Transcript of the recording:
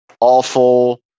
awful